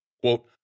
Quote